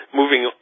moving